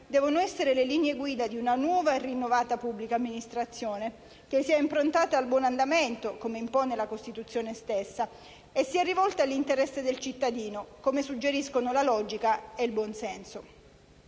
devono essere le linee guida di una nuova e rinnovata pubblica amministrazione, che sia improntata al buon andamento, come impone la Costituzione stessa, e sia rivolta all'interesse del cittadino, come suggeriscono la logica ed il buon senso.